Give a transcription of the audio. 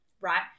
right